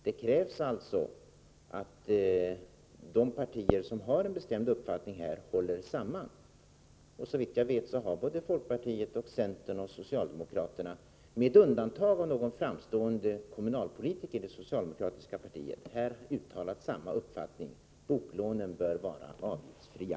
Det krävs alltså att de partier som har en bestämd uppfattning härvidlag håller samman. Såvitt jag vet har såväl folkpartiet och centern som socialdemokraterna — med undantag för någon framstående kommunalpolitiker i det socialdemokratiska partiet — uttalat samma uppfattning: boklånen bör vara avgiftsfria.